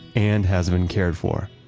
and has been cared for.